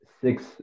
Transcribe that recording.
six